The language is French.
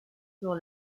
sur